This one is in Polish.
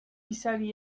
pisali